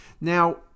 now